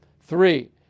Three